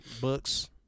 books